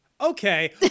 Okay